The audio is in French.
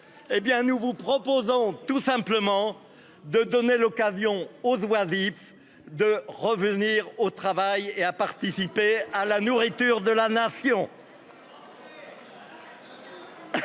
nous vous proposons tout simplement de donner l'occasion aux oisifs de revenir au travail et à participer à la nourriture de la nation.